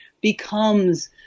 becomes